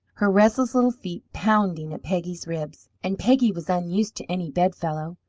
her restless little feet pounding at peggy's ribs and peggy was unused to any bedfellow.